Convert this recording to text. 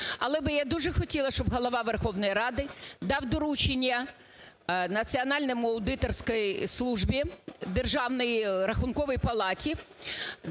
Але я би дуже хотіла, щоб Голова Верховної Ради дав доручення Національній аудиторській службі державній, Рахунковій палаті